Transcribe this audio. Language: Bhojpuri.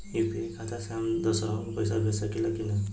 यू.पी.आई खाता से हम दुसरहु के पैसा भेज सकीला की ना?